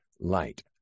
Light